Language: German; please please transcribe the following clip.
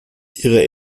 ihre